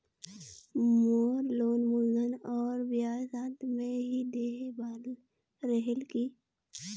मोर loan मूलधन और ब्याज साथ मे ही देहे बार रेहेल की?